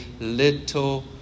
little